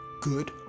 good